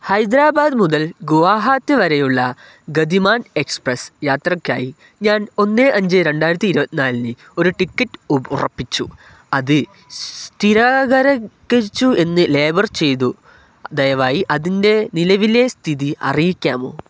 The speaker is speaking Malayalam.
ഹൈദരാബാദ് മുതൽ ഗുവാഹത്തിവരെയുള്ള ഗതിമാൻ എക്സ്പ്രസ്സ് യാത്രയ്ക്കായി ഞാൻ ഒന്ന് അഞ്ച് രണ്ടായിരത്തി ഇരുപത്തിനാലിന് ഒരു ടിക്കറ്റ് ഉറപ്പിച്ചു അത് സ്ഥിരീകരിച്ചു എന്ന് ലേബൽ ചെയ്തു ദയവായി അതിൻ്റെ നിലവിലെ സ്ഥിതി അറിയിക്കാമോ